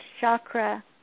chakra